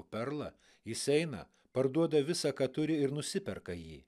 perlą jis eina parduoda visa ką turi ir nusiperka jį